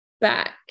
back